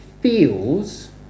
feels